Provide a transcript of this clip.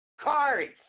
Cards